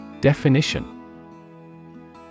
Definition